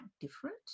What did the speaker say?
different